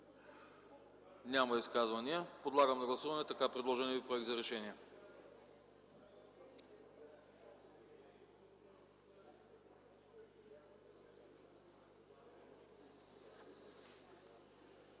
Няма. Подлагам на гласуване така предложеният ви Проект за решение.